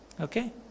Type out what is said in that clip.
Okay